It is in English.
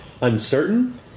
uncertain